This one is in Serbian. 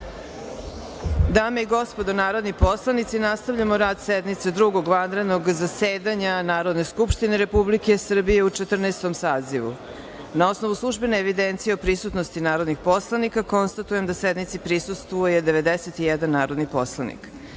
Dame i gospodo narodni poslanici, nastavljamo rad sednice Drugog vanrednog zasedanja Narodne skupštine Republike Srbije u Četrnaestom sazivu. Na osnovu službene evidencije o prisutnosti narodnih poslanika, konstatujem da sednici prisustvuje 91 narodni poslanik. Radi